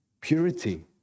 Purity